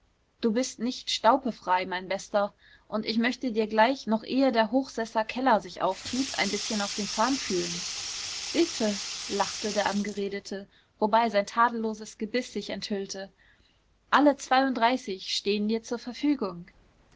du bist nicht staupefrei mein bester und ich möchte dir gleich noch ehe der hochsesser keller sich auftut ein bißchen auf den zahn fühlen bitte lachte der angeredete wobei sein tadelloses gebiß sich enthüllte alle zweiunddreißig stehen dir zur verfügung